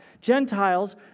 Gentiles